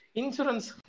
insurance